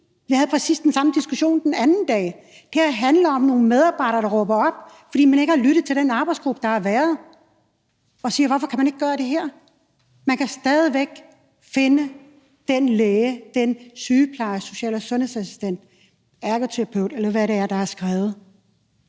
Vi havde præcis den samme diskussion den anden dag. Det her handler om nogle medarbejdere, der råber op, fordi man ikke har lyttet til den arbejdsgruppe, der har været, og som spørger: Hvorfor kan man ikke gøre det her? Man kan stadig væk finde den læge, den sygeplejer, den social- og sundhedsassistent, den ergoterapeut, eller hvad det er, der er skrevet.